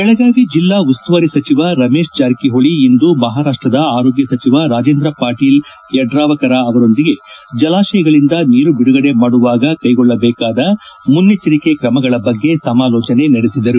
ಬೆಳಗಾವಿ ಜಿಲ್ಲಾ ಉಸ್ತುವಾರಿ ಸಚಿವ ರಮೇಶ್ ಜಾರಕಿಹೊಳಿ ಇಂದು ಮಹಾರಾಷ್ಟದ ಆರೋಗ್ಯ ಸಚಿವ ರಾಜೇಂದ್ರ ಪಾಟೀಲ ಯಡ್ರಾವಕರ ಅವರೊಂದಿಗೆ ಜಲಾಶಯಗಳಿಂದ ನೀರು ಬಿಡುಗಡೆ ಮಾಡುವಾಗ ಕೈಗೊಳ್ಳಬೇಕಾದ ಮುನ್ನೆ ಚ್ಚರಿಕೆ ಕ್ರಮಗಳ ಬಗ್ಗೆ ಸಮಾಲೋಚನೆ ನಡೆಸಿದರು